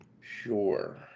Sure